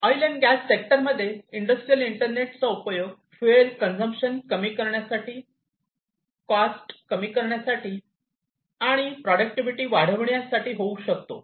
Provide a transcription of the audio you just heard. oil and gas sector मध्ये industrial इंटरनेटचा उपयोग फूएल कंझमक्शन कमी करण्यासाठी कॉस्ट कमी करण्यासाठी आणि प्रॉटडक्टिविटी वाढवण्यासाठी होऊ शकतो